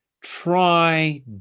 try